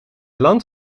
land